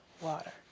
water